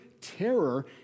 terror